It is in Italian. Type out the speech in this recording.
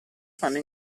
fanno